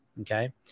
Okay